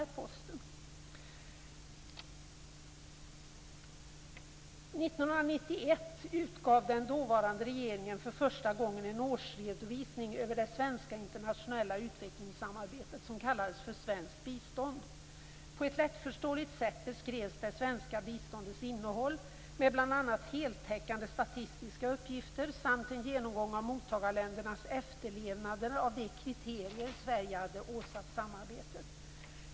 År 1991 utgav den dåvarande regeringen för första gången en årsredovisning över det svenska internationella utvecklingssamarbetet, som kallades för Svenskt bistånd. På ett lättförståeligt sätt beskrevs det svenska biståndets innehåll med bl.a. heltäckande statistiska uppgifter, samt en genomgång av mottagarländernas efterlevnad av de kriterier Sverige hade åsatt samarbetet.